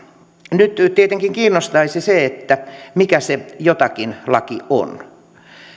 nyt nyt tietenkin kiinnostaisi mikä se jokin laki on